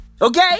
Okay